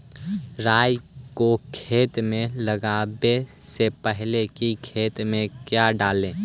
राई को खेत मे लगाबे से पहले कि खेत मे क्या डाले?